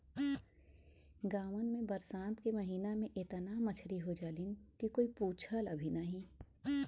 गांवन में बरसात के महिना में एतना मछरी हो जालीन की कोई पूछला भी नाहीं